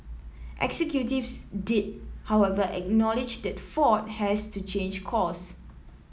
executives did however acknowledge that Ford has to change course